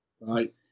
Right